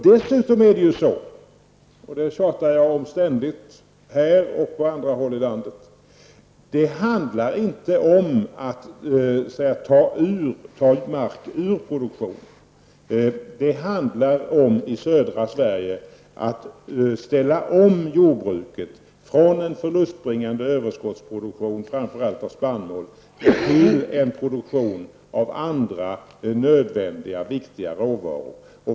Dessutom är det så -- vilket jag ständigt tjatar om, här och på andra håll i landet -- att det inte handlar om att ta mark ur produktionen. I södra Sverige handlar det om att ställa om jordbruket från en förlustbringande överskottsproduktion framför allt av spannmål till en produktion av andra nödvändiga och viktiga råvaror.